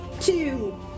Two